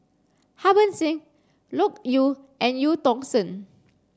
Harbans Singh Loke Yew and Eu Tong Sen